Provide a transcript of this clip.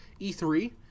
e3